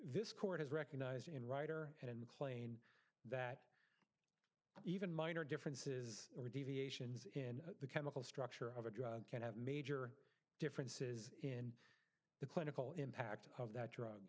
this court has recognized in writer and in mclean that even minor differences are deviations in the chemical structure of a drug can have major differences in the clinical impact of that drug